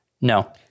No